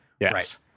Yes